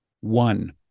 One